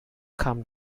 kam